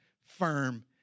firm